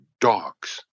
dogs